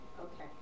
Okay